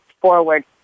forward